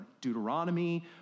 Deuteronomy